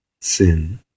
sin